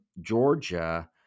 Georgia